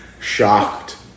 shocked